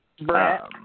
Brett